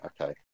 okay